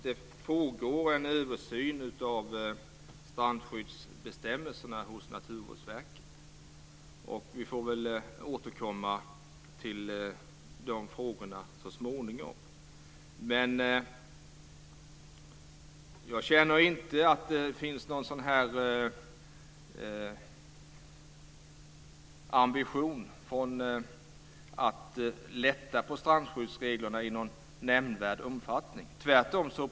Det pågår en översyn av strandskyddsbestämmelserna hos Naturvårdsverket. Vi får väl återkomma till de här frågorna så småningom. Jag känner inte att det finns någon ambition att lätta på strandskyddsreglerna i någon nämnvärd omfattning.